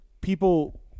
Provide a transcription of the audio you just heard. people